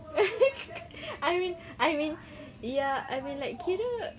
I mean I mean ya I mean like kira